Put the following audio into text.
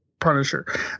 Punisher